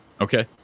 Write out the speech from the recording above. okay